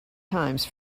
times